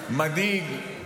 מדאיג,